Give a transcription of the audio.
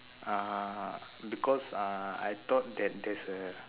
uh because I uh I thought that there's a